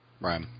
Right